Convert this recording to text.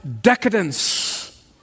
decadence